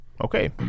Okay